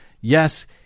Yes